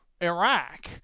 Iraq